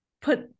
put